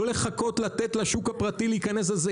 לא לחכות לתת לשוק הפרטי להיכנס על זה.